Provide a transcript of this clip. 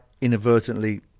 inadvertently